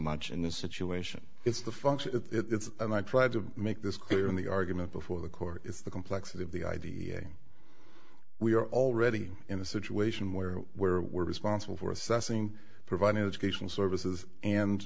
much in this situation it's the function it's and i tried to make this clear in the argument before the court is the complexity of the id we are already in a situation where where we're responsible for assessing providing educational services and